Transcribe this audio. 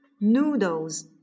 noodles